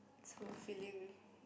fulfilling